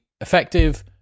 effective